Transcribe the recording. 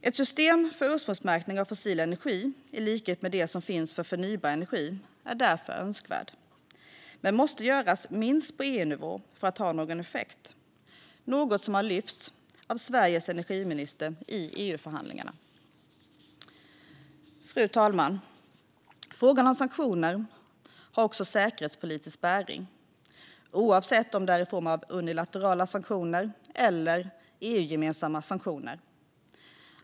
Ett system för ursprungsmärkning av fossil energi i likhet med det som finns för förnybar energi är därför önskvärt, men det måste göras minst på EU-nivå för att ha någon effekt, något som har lyfts av Sveriges energiminister i EU-förhandlingarna. Fru talman! Frågan om sanktioner har också säkerhetspolitisk bäring oavsett om det handlar om unilaterala sanktioner eller om EU-gemensamma sanktioner.